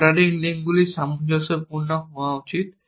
ordering লিঙ্কগুলি সামঞ্জস্যপূর্ণ হওয়া উচিত